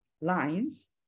lines